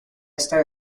esta